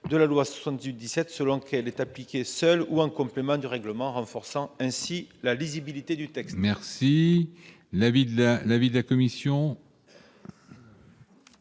de la loi de 1978 selon qu'elle est appliquée seule ou en complément du règlement, renforçant ainsi la lisibilité du texte. Quel est l'avis de la commission ?